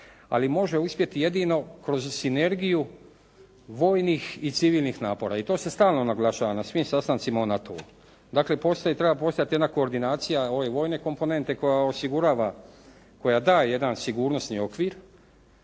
ali može uspjeti jedino kroz sinergiju vojnih i civilnih napora i to se stalno naglašava na svim sastancima u NATO-u. Dakle treba postojati jedna koordinacija ove vojne komponente koja osigurava, koja daje jedan sigurnosni okvir,